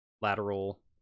lateral